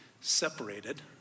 separated